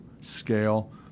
scale